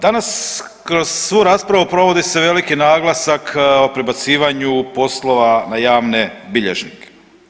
Danas kroz svu raspravu provodi se veliki naglasak o prebacivanju poslova na javne bilježnike.